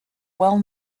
well